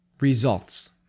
results